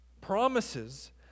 Promises